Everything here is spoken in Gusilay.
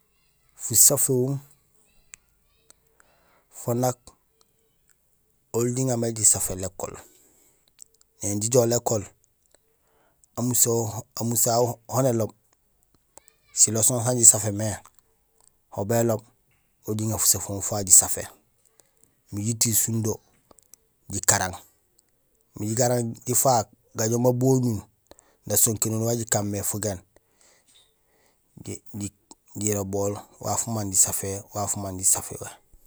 Fusaféhum fo nak oli jiŋa mé jisafé lékool. Éni jijoow lékool amusé hahu hoon éloob siloson san jisafé mé, aw béloow oli jiŋa fasaféhum fafu jisafé imbi jitiiŋ sindo jikaraaŋ imbi jakaraaŋ jifaak gajoom imbi abuñul nasonkéén oli wan jikan mé fugéén jolobool waaf umaan jisaféhé waaf umaan jisaféhé.